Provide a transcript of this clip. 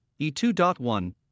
E2.1